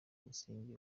musingi